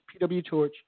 pwtorch